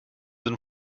and